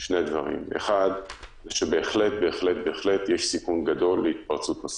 שני דברים: 1. בהחלט בהחלט יש סיכון גדול להתפרצות נוספת.